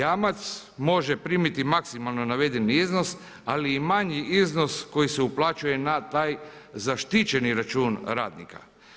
Jamac može primiti maksimalno navedeni iznos, ali i manji iznos koji se uplaćuje na taj zaštićeni račun radnika.